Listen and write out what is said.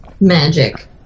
magic